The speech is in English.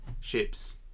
ships